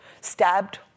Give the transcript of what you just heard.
stabbed